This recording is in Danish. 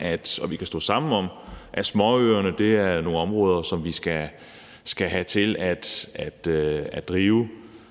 anerkende og vi kan stå sammen om, at småøerne er nogle områder, som vi skal have til at køre